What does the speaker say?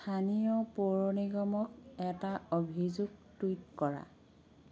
স্থানীয় পৌৰ নিগমক এটা অভিযোগ টুইট কৰা